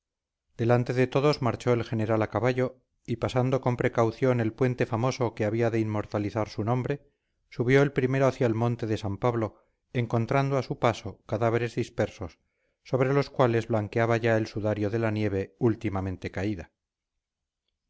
delante de todos marchó el general a caballo y pasado con precaución el puente famoso que había de inmortalizar su nombre subió el primero hacia el monte de san pablo encontrando a su paso cadáveres dispersos sobre los cuales blanqueaba ya el sudario de la nieve últimamente caída